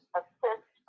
assist